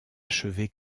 achevé